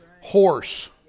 horse